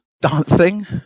dancing